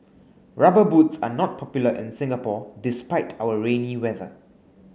rubber boots are not popular in Singapore despite our rainy weather